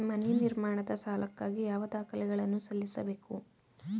ಮನೆ ನಿರ್ಮಾಣದ ಸಾಲಕ್ಕಾಗಿ ಯಾವ ದಾಖಲೆಗಳನ್ನು ಸಲ್ಲಿಸಬೇಕು?